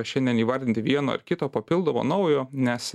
šiandien įvardinti vieno ar kito papildomo naujo nes